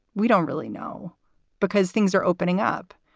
we don't really know because things are opening up.